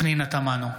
פנינה תמנו,